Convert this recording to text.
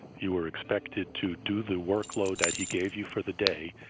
you were expected to do the workload that he gave you for the day.